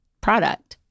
product